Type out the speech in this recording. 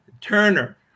Turner